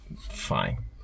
fine